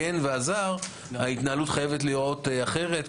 הגן ועזר ההתנהלות חייבת להיות אחרת,